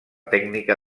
tècnica